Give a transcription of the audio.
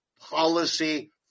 policy